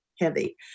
heavy